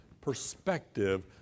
perspective